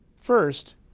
first,